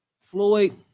Floyd